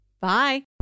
Bye